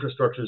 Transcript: infrastructures